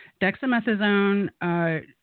Dexamethasone